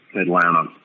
Atlanta